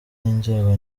n’inzego